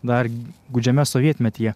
dar gūdžiame sovietmetyje